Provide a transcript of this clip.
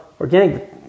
organic